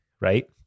right